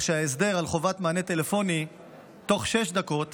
שההסדר על חובת מענה טלפוני בתוך שש דקות